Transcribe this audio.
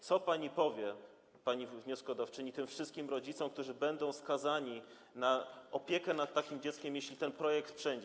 Co pani powie, pani wnioskodawczyni, tym wszystkim rodzicom, którzy będą skazani na opiekę nad takim dzieckiem, jeśli ten projekt przejdzie?